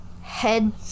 head